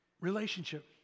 relationship